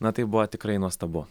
na tai buvo tikrai nuostabu